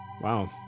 Wow